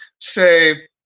say